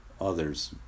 others